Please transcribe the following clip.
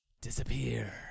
disappear